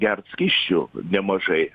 gert skysčių nemažai